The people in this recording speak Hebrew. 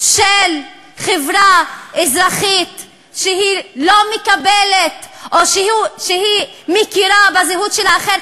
של חברה אזרחית שלא מקבלת או שמכירה בזהות של האחר,